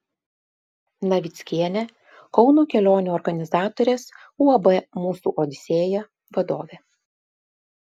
navickienė kauno kelionių organizatorės uab mūsų odisėja vadovė